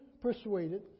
persuaded